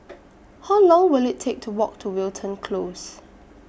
How Long Will IT Take to Walk to Wilton Close